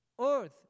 Earth